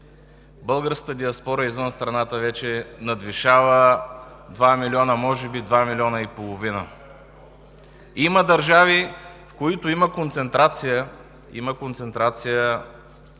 Българската диаспора извън страната вече надвишава два милиона, може би два милиона и половина. Има държави, в които има концентрация на български